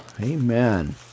Amen